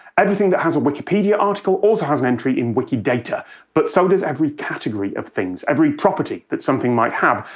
everything that has a wikipedia article also has an entry in wikidata, but so does every category of things, every property that something might have,